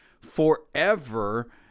forever